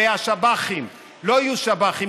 ושלא יהיו שב"חים,